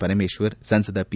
ಪರಮೇಶ್ವರ್ ಸಂಸದ ಪಿ